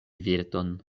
virton